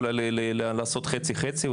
אולי לעשות חצי-חצי,